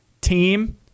team